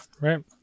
Right